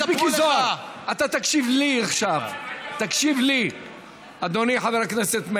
אני גר שם, אתה מדבר איתי על הליכוד?